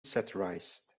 satirized